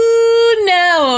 Now